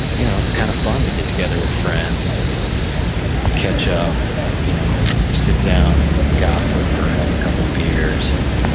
you know it's kinda kind of fun to get together with friends and catch up and you know sit down and gossip or have a couple beers, and